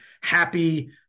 happy